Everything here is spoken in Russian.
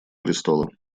престола